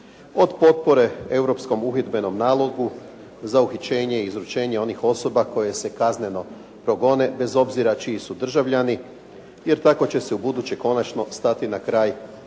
Od potpore Europskom uhidbenom nalogu za uhićenje i izručenje onih osoba koje se kazneno progone, bez obzira čiji su državljani, jer tako će se ubuduće konačno stati na kraj